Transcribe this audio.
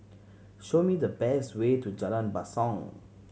show me the best way to Jalan Basong